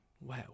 Wow